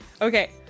okay